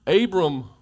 Abram